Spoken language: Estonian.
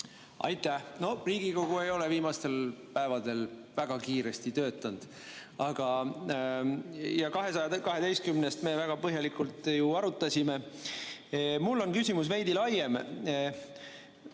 Aitäh! Riigikogu ei ole viimastel päevadel väga kiiresti töötanud, aga 212 me väga põhjalikult ju arutasime. Mul on küsimus veidi laiem.